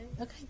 Okay